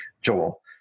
Joel